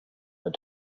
but